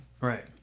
Right